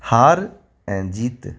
हार ऐं जीत